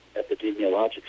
epidemiologic